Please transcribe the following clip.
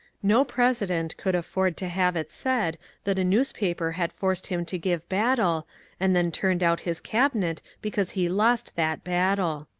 no president could af ford to have it said that a newspaper had forced him to give battle and then turned out his cabinet because he lost that battle.